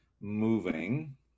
moving